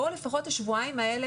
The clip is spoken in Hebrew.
בואו לפחות את השבועיים האלה,